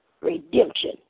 redemption